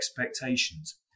expectations